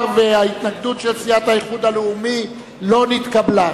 התשס"ח 2008, נתקבלה.